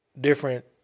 different